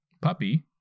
puppy